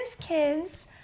kids